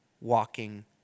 walking